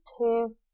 two